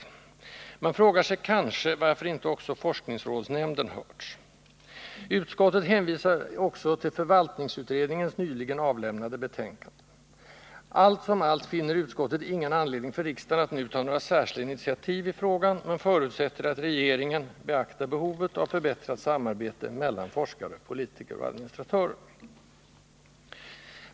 Man frågar sig kanske, varför inte också forskningsrådsnämnden hörts. Utskottet hänvisar också till förvaltningsutredningens nyligen avlämnade betänkande. Allt som allt finner utskottet ingen anledning för riksdagen att nu ta några särskilda initiativ i frågan men förutsätter att regeringen beaktar behovet av förbättrat samarbete mellan forskare, politiker och administratörer.